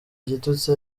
igitutsi